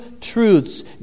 truths